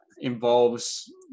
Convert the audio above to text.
involves